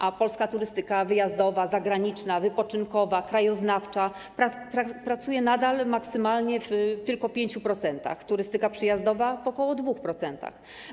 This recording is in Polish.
A polska turystyka wyjazdowa, zagraniczna wypoczynkowa i krajoznawcza pracuje nadal maksymalnie tylko w 5%, turystyka przyjazdowa - w ok. 2%.